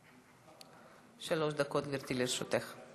שלוש דקות, גברתי, לרשותך.